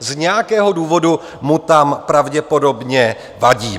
Z nějakého důvodu mu tam pravděpodobně vadím.